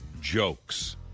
jokes